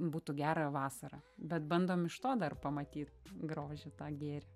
būtų gera vasarą bet bandom iš to dar pamatyt grožį tą gėrį